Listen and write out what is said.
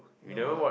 not